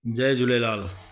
Jay Jhulelal